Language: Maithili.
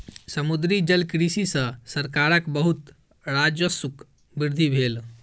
समुद्री जलकृषि सॅ सरकारक बहुत राजस्वक वृद्धि भेल